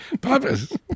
Papa's